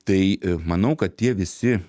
tai manau kad tie visi